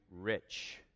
rich